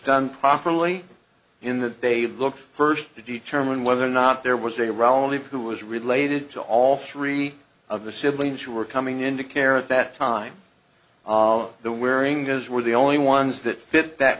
done properly in that they looked first to determine whether or not there was a relative who was related to all three of the siblings who were coming into care at that time of the wearing those were the only ones that fit that